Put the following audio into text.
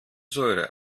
säure